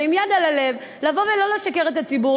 ועם יד על הלב לבוא ולא לשקר לציבור,